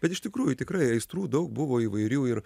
bet iš tikrųjų tikrai aistrų daug buvo įvairių ir